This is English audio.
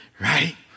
right